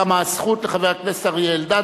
קמה הזכות לחבר הכנסת אריה אלדד,